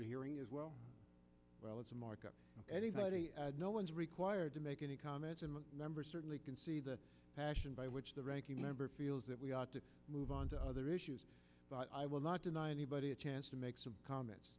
the hearing as well well as a mark of anybody no one's required to make any comments and numbers certainly can see the passion by which the ranking member feels that we ought to move on to other issues but i will not deny anybody a chance to make some comments